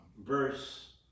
verse